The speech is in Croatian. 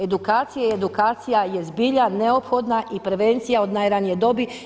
Edukacija i edukacija je zbilja neophodna i prevencija od najranije dobi.